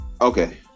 Okay